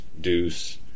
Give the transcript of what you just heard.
deuce